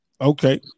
Okay